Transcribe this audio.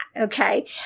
Okay